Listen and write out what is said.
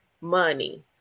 Money